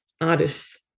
artists